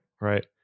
right